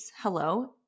Hello